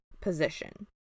position